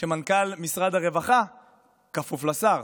שמנכ"ל משרד הרווחה כפוף לשר.